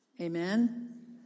Amen